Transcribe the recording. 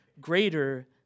greater